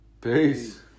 Peace